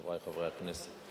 חברי חברי הכנסת,